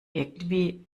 irgendwie